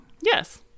Yes